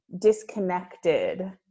disconnected